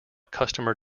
customer